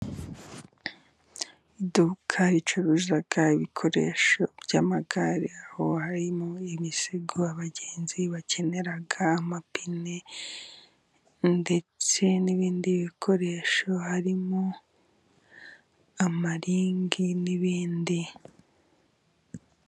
Iduka ricuruza ibikoresho by'amagare aho habamo imisego abagenzi bakenera, amapine, ndetse n'ibindi bikoresho harimo amaringi n'ibindi.